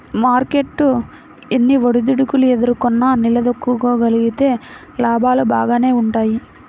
market ఎన్ని ఒడిదుడుకులు ఎదుర్కొన్నా నిలదొక్కుకోగలిగితే లాభాలు బాగానే వుంటయ్యి